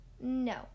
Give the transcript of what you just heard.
No